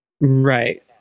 Right